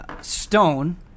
stone